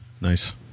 Nice